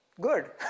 Good